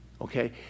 Okay